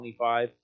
25